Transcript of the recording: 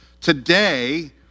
Today